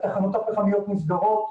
התחנות הפחמיות מוסדרות,